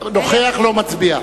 אינו משתתף